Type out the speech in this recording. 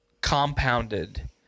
compounded